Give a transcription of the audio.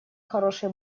хороший